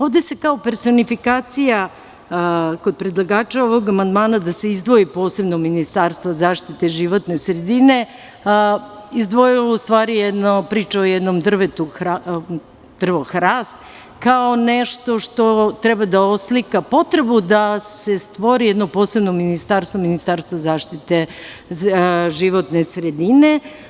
Ovde se kao personifikacija kod predlagača ovog amandmana da se izdvoji posebno ministarstvo zaštite životne sredine, izdvojila priča o jednom hrastu, kao nešto što treba da oslika potrebu da se stvori jedno posebno ministarstvo zaštite životne sredine.